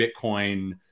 Bitcoin